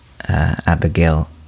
Abigail